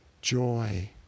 joy